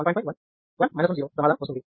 5 1 1 1 0 సమాధానం వస్తుంది